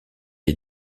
est